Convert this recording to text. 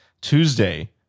Tuesday